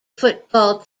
football